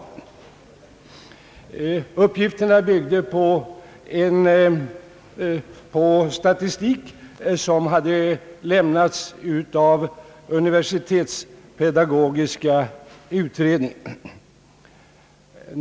Uppgifterna byggde på statistik som har lämnats av universitetspedagogiska utredningen.